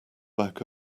back